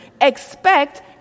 expect